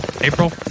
April